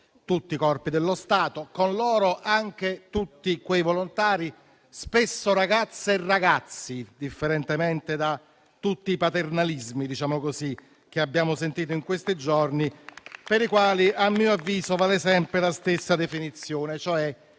tutti i Corpi dello Stato e con loro anche tutti quei volontari, spesso ragazze e ragazzi (a dispetto di tutti i paternalismi che abbiamo sentito in questi giorni), per i quali a mio avviso vale sempre la stessa definizione, cioè